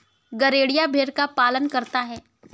गड़ेरिया भेड़ का पालन करता है